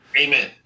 Amen